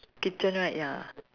kitchen right ya